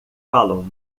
falam